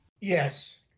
Yes